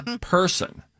person